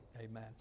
Amen